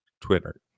Twitter